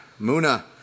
Muna